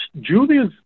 Julius